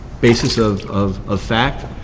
basis of of ah fact.